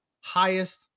highest